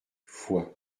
foix